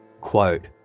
Quote